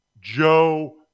Joe